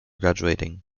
graduating